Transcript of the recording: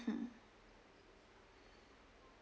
mmhmm